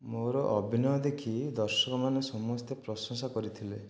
ମୋର ଅଭିନୟ ଦେଖି ଦର୍ଶକ ମାନେ ସମସ୍ତେ ପ୍ରଶଂସା କରିଥିଲେ